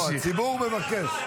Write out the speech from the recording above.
לא, הציבור מבקש.